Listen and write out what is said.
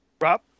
Rob